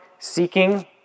Seeking